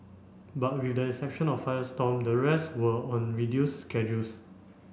but with the exception of Firestorm the rest were on reduced schedules